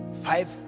Five